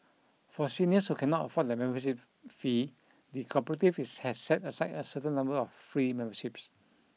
for seniors who cannot afford the membership fee the cooperative has has set aside a certain number of free memberships